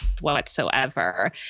whatsoever